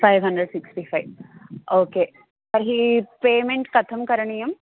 five hundred sixty five okay तर्हि payment कथं करणीयम्